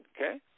okay